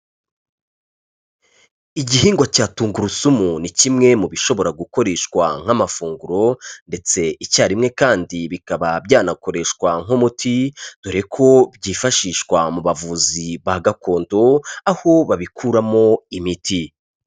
Igihingwa cya tungurusumu ni kimwe mu bishobora gukoreshwa nk'amafunguro ndetse icyarimwe kandi bikaba byanakoreshwa nk'umuti, dore ko byifashishwa mu bavuzi ba gakondo aho babikuramo imiti.